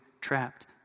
trapped